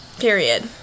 Period